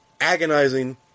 agonizing